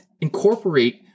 incorporate